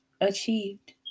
achieved